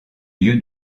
lieu